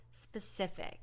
specific